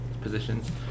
positions